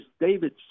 David